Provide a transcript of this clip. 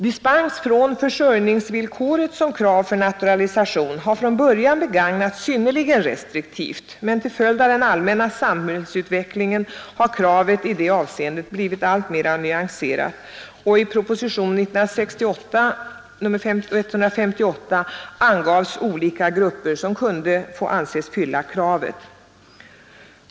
Dispens från försörjningsvillkoret som krav för naturalisation har från början lämnats synnerligen restriktivt, men till följd av den allmänna samhällsutvecklingen har kravet i det avseendet blivit alltmera nyanserat och i propositionen 1968:158 angavs olika grupper som kunde få anses fylla kravet.